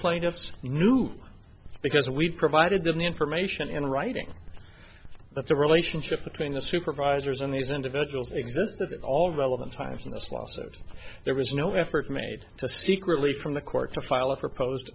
plaintiffs knew because we provided them the information in writing that the relationship between the supervisors and these individuals existed at all relevant times in this lawsuit there was no effort made to seek relief from the court to file a proposed